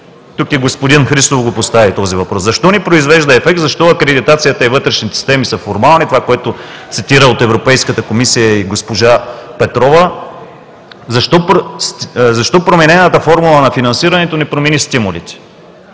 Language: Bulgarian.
Тук и господин Христов го постави този въпрос: защо не произвежда ефект, защо акредитацията и вътрешните системи са формални – това, което цитира от Европейската комисия и госпожа Петрова, защо променената формула на финансирането не промени стимулите?